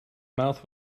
mouth